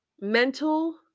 mental